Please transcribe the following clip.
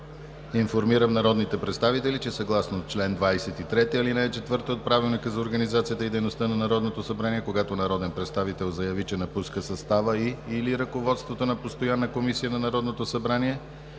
информирам народните представители, че съгласно чл. 23, ал. 4 от Правилника за организацията и дейността на Народното събрание, когато народен представител заяви, че напуска състава и/или ръководството на постоянна комисия на Народното събрание,